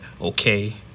okay